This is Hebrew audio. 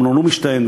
אמנון רובינשטיין,